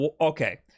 Okay